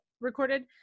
recorded